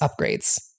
upgrades